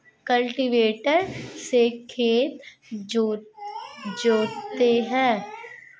cultivator से खेत जोतते हैं